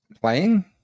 playing